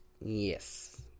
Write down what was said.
Yes